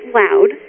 loud